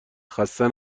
خسته